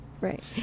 Right